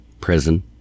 prison